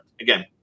again